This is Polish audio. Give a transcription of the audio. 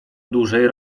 dużej